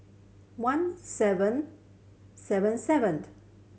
one seven seven seven